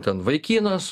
ten vaikinas